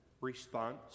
response